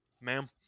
Ma'am